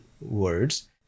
words